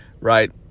right